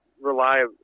rely